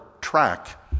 track